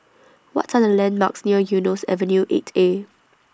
What Are The landmarks near Eunos Avenue eight A